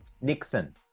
Nixon